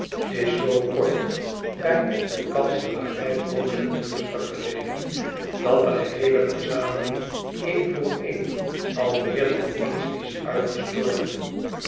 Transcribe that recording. is zoo kort bij de kanselarij procedures vergeleken dat de geheele verzameling een voor een al meer dan eens is uitgestorven